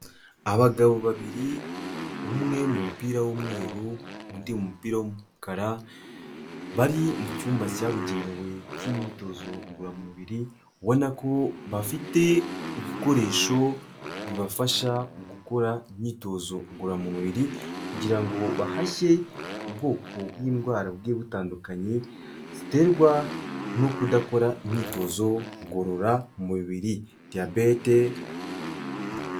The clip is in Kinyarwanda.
Abagabo babiri umwe mu mupira w'umweru undi mu mupira w'umukara bari mu cyumba cyabugenewe cy'imyitozo ngororamubiri ubona ko bafite ibikoresho bibafasha mu gukora imyitozo ngororamubiri kugira ngo bahashye ubwoko bw'indwara bugiye butandukanye ziterwa no kudakora imyitozo ngororamubiri diyabete.